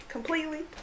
Completely